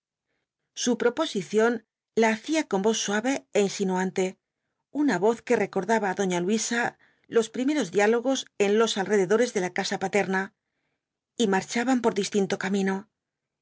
su proposición la hacía con voz suave é insinuante una voz que recordaba á doña luisa los primeros diálogos en los alrededores de la casa paterna y marchaban por distinto camino